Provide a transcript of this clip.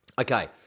Okay